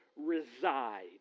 reside